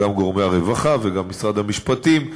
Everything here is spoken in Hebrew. גם גורמי הרווחה וגם משרד המשפטים,